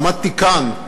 עמדתי כאן,